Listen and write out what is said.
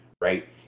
right